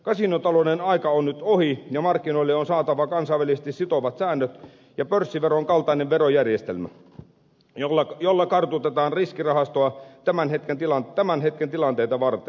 kasinotalouden aika on nyt ohi ja markkinoille on saatava kansainvälisesti sitovat säännöt ja pörssiveron kaltainen verojärjestelmä jolla kartutetaan riskirahastoa tämän hetken tilanteita varten